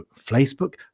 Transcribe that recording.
Facebook